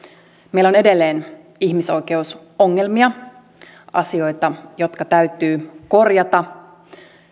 meillä on edelleen ihmisoikeusongelmia asioita jotka täytyy korjata